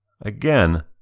Again